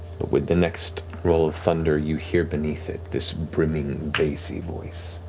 with the next roll of thunder, you hear beneath it this brimming, bassy voice.